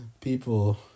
people